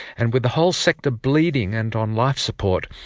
and with the whole sector bleeding and on life support,